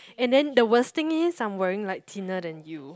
and then the worst thing is I'm wearing like thinner than you